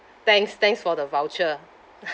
thanks thanks for the voucher